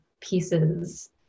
pieces